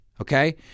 okay